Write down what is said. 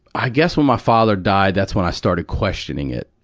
i guess when my father died, that's when i started questioning it.